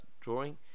drawing